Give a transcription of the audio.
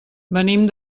venim